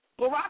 Barack